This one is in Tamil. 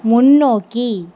முன்னோக்கி